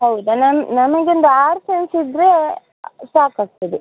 ಹೌದಾ ನನ್ನ ನನಗೊಂದು ಆರು ಸೆನ್ಸ್ ಇದ್ದರೆ ಸಾಕಾಗ್ತದೆ